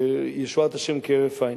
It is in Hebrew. וישועת השם כהרף עין.